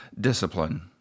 discipline